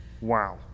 wow